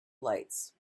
lights